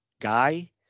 guy